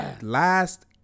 Last